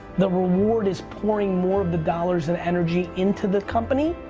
the reward is pouring more of the dollars and energy into the company,